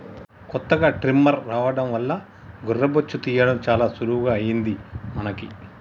కొత్తగా ట్రిమ్మర్ రావడం వల్ల గొర్రె బొచ్చు తీయడం చాలా సులువుగా అయిపోయింది మనకి